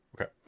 Okay